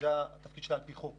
זה התפקיד שלה על פי חוק.